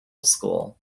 school